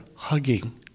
Hugging